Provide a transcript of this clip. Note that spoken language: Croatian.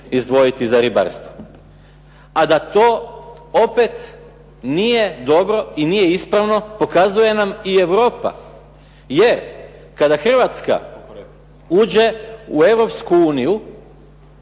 izdvojiti za ribarstvo. A da to opet nije dobro i nije ispravno pokazuje nam i Europa. Jer kada Hrvatska uđe u Europsku uniju